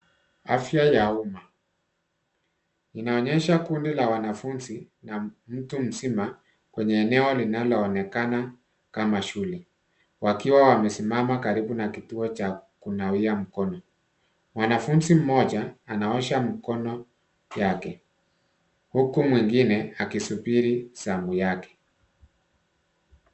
Afya ya umma. Inaonesha kundi la wanafunzi na mtu mzima kwenye eneo linaloonekana kama shule wakiwa wamesimama karibu na kituo cha kunawia mkono. Mwanafunzi mmoja anaosha mkono yake huku mwingine akisubiri zamu yake.